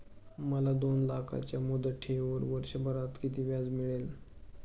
मला दोन लाखांच्या मुदत ठेवीवर वर्षभरात किती व्याज मिळेल?